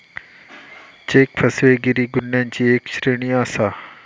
check फसवेगिरी गुन्ह्यांची एक श्रेणी आसा